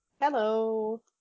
Hello